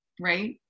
right